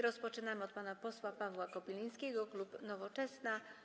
Rozpoczynamy od pana posła Pawła Kobylińskiego, klub Nowoczesna.